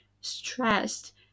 stressed